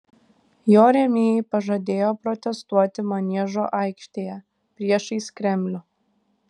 jo rėmėjai pažadėjo protestuoti maniežo aikštėje priešais kremlių